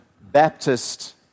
Baptist